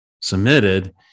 submitted